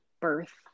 birth